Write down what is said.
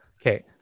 Okay